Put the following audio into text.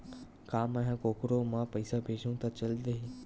का मै ह कोखरो म पईसा भेजहु त चल देही?